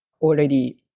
already